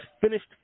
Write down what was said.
finished